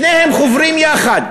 שתיהן חוברות יחד.